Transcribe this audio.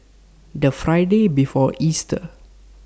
The Friday before Easter